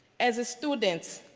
as students,